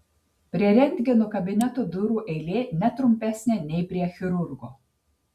prie rentgeno kabineto durų eilė ne trumpesnė nei prie chirurgo